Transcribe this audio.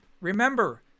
Remember